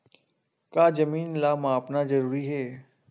का जमीन ला मापना जरूरी हे?